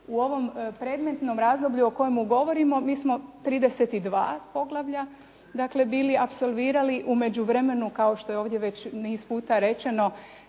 U ovom predmetnom razdoblju o kojemu govorimo mi smo 32 poglavlja dakle bili apsolvirali, u međuvremenu kao što je ovdje već niz puta rečeno